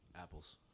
Apples